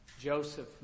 Joseph